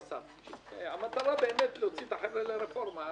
אסף, המטרה באמת להוציא את החבר'ה לרפורמה.